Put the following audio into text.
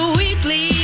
weekly